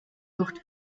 luft